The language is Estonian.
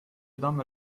tamme